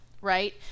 right